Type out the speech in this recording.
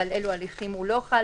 ועל אלו הליכים הוא לא חל,